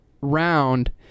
round